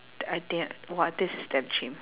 the idea !wah! this is damn chim